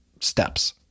steps